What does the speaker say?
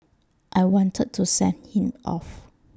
I wanted to send him off